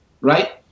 right